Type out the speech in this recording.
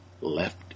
left